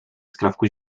skrawku